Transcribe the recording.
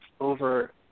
over